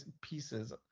pieces